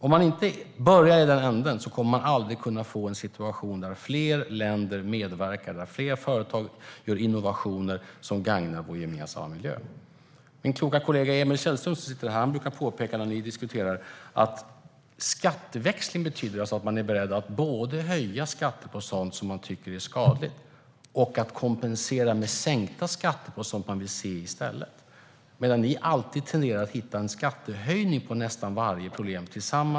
Om man inte börjar i den änden kommer man aldrig att kunna få en situation där fler länder medverkar och där fler företag gör innovationer som gagnar vår gemensamma miljö. Min kloka kollega Emil Källström som sitter här brukar när vi diskuterar påpeka att skatteväxling betyder att man är beredd att både höja skatter på sådant som man tycker är skadligt och kompensera med sänkta skatter på sådant man vill se i stället. Ni, tillsammans med övriga rödgröna partier, tenderar att hitta en skattehöjning för nästan varje problem.